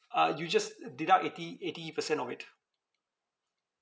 uh you just deduct eighty eighty percent of it